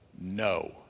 no